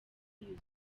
yuzuye